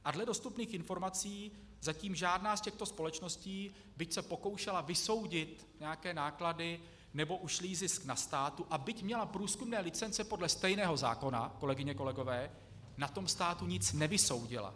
A dle dostupných informací zatím žádná z těchto společností, byť se pokoušela vysoudit nějaké náklady nebo ušlý zisk na státu a byť měla průzkumné licence podle stejného zákona, kolegyně, kolegové, na tom státu nic nevysoudila.